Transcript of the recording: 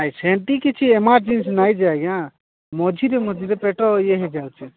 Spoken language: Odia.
ନାଇଁ ସେମତି କିଛି ଏମରଜେନ୍ସି ନାଇଁ ଯେ ଆଜ୍ଞା ମଝିରେ ମଝିରେ ପେଟ ଇଏ ହୋଇ ଯାଉଛି